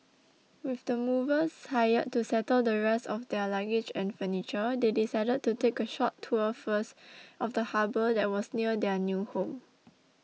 with the movers hired to settle the rest of their luggage and furniture they decided to take a short tour first of the harbour that was near their new home